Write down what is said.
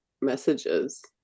messages